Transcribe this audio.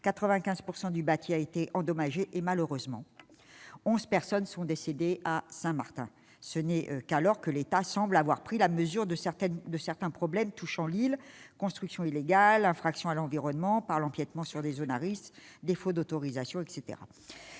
95 % du bâti a été endommagé et, malheureusement, 11 personnes sont décédées à Saint-Martin. Ce n'est qu'à la suite de cette catastrophe que l'État semble avoir pris la mesure de certains problèmes touchant l'île : constructions illégales, infractions à l'environnement par l'empiètement sur des zones à risques, défauts d'autorisations, etc.